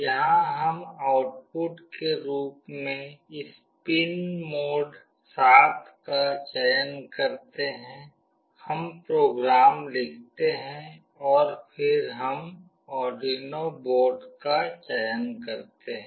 यहां हम आउटपुट के रूप में इस पिन मोड 7 का चयन करते हैं हम प्रोग्राम लिखते हैं और फिर हम आर्डुइनो बोर्ड का चयन करते हैं